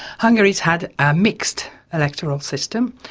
hungary has had a mixed electoral system,